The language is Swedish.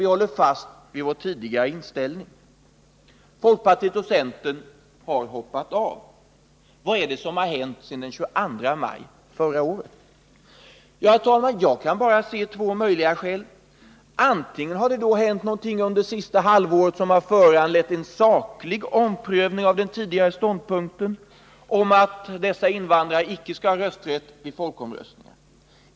Vi håller fast vid vår tidigare inställning och gör det på mycket goda grunder. Folkpartiet och centern har hoppat av. Vad är det som har hänt sedan den 22 maj förra året? Herr talman! Jag kan bara se två möjliga skäl. Kanske har det hänt någonting under det senaste halvåret som föranlett en saklig omprövning av den tidigare ståndpunkten att invandrare som inte är svenska medborgare icke skall ha rösträtt vid folkomröstningar.